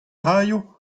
raio